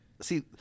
See